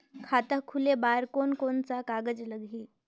खाता खुले बार कोन कोन सा कागज़ लगही?